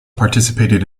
participated